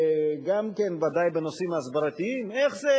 וגם ודאי בנושאים ההסברתיים: איך זה